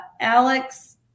Alex